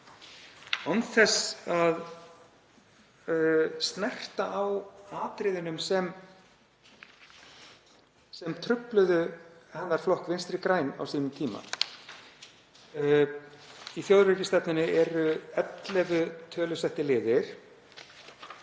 án þess að snerta á atriðunum sem trufluðu hennar flokk, Vinstri græn. Í þjóðaröryggisstefnunni eru ellefu tölusettir liðir